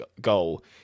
goal